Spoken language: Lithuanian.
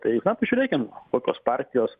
tai na pažiūrėkim kokios partijos